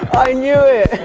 i knew it!